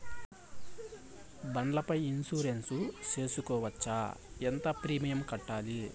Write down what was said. బండ్ల పై ఇన్సూరెన్సు సేసుకోవచ్చా? ఎంత ప్రీమియం కట్టాలి?